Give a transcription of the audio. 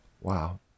Wow